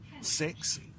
Six